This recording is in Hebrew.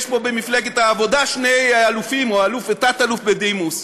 יש פה במפלגת העבודה שני אלופים או אלוף ותת-אלוף בדימוס,